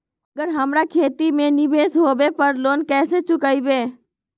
अगर हमरा खेती में निवेस होवे पर लोन कैसे चुकाइबे?